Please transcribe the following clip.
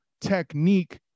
technique